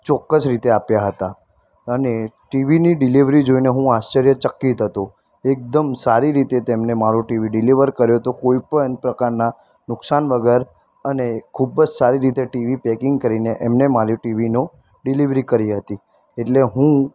ચોક્કસ રીતે આપ્યા હતા અને ટીવીની ડીલિવરી જોઈને હું આશ્ચર્યચકિત હતો એકદમ સારી રીતે તેમણે મારૂં ટીવી ડીલિવર કર્યું હતું કોઈપણ પ્રકારનાં નુકસાન વગર અને ખૂબ જ સારી રીતે ટી વી પૅકિંગ કરીને એમણે મારી ટી વીનો ડીલિવરી કરી હતી એટલે હું